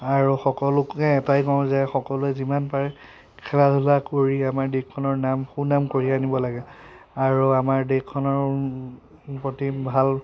আৰু সকলোকে এটাই কওঁ যে সকলোৱে যিমান পাৰে খেলা ধূলা কৰি আমাৰ দেশখনৰ নাম সুনাম কঢ়িয়াই আনিব লাগে আৰু আমাৰ দেশখনৰ প্ৰতি ভাল